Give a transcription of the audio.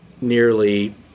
nearly